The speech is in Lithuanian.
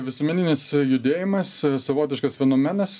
visuomeninis judėjimas savotiškas fenomenas